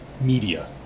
media